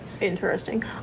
interesting